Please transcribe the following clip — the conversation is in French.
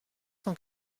cent